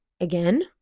again